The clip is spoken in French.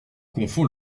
confond